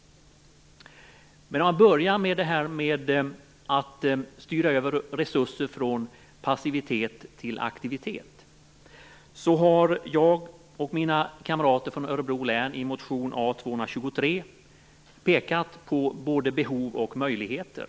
Låt mig börja med detta med att styra över resurser från passivitet till aktivitet. Jag och mina kamrater från Örebro län har i motion A223 pekat på både behov och möjligheter.